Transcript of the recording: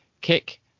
kick